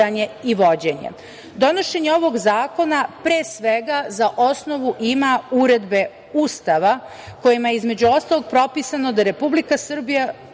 vođenje. Donošenje ovog zakona pre svega za osnovu ima uredbe Ustava kojima je, između ostalog, propisano da Republika Srbija